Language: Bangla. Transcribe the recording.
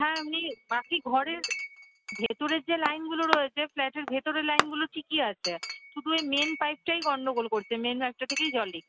হ্যাঁ এমনি বাকি ঘরের ভেতরের যে লাইনগুলো রয়েছে ফ্ল্যাটের ভেতরের লাইনগুলো ঠিকই আছে শুধু এই মেন পাইপটাই গন্ডগোল করছে মেন থেকেই জল লিক